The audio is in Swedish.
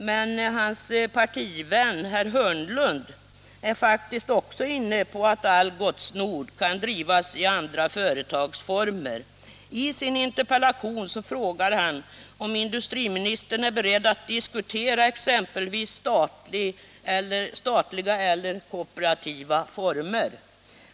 Men hans partivän herr Hörnlund är faktiskt inne på att Algots Nord kan drivas i andra företagsformer. I sin interpellation frågar herr Hörnlund om industriministern är beredd att diskutera exempelvis statliga eller kooperativa former.